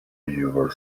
weaver